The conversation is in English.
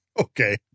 okay